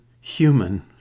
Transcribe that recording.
human